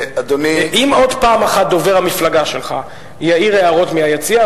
אם עוד פעם אחת דובר המפלגה שלך יעיר הערות מהיציע,